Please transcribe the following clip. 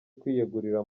kwiyegurira